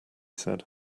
said